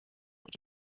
iki